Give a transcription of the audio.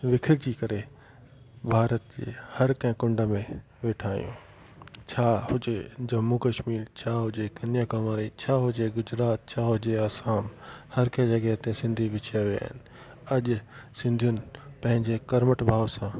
विखरजी करे भारत जे हर कंहिं कुंड में वेठा आहियूं छा हुजे जम्मू कश्मीर छा हुजे कन्याकुमारी छा हुजे गुजरात छा हुजे असम हर कंहिं जॻह ते सिंधी विछर विया आहिनि अॼु सिंधीयुनि पहिंजे कर्महठ भाव सां